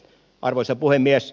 arvoisa puhemies